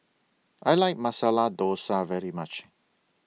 I like Masala Dosa very much